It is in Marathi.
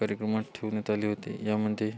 कार्यक्रमात ठेवण्यात आले होते यामध्ये